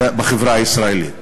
בחברה הישראלית.